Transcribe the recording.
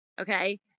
okay